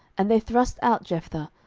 and they thrust out jephthah,